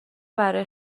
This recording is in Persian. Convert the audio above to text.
برای